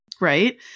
right